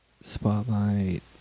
Spotlight